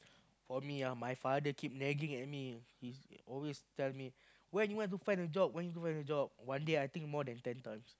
for me ah my father keep nagging at me he always tell me when do you want to find a job when do you want to find a job one day I think more than ten times